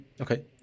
Okay